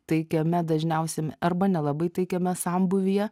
taikiame dažniausiame arba nelabai taikiame sambūvyje